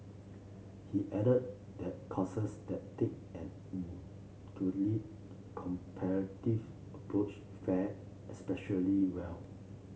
he added that courses that take an comparative approach fare especially well